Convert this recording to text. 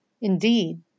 Indeed